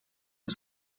een